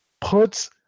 puts